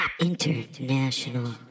international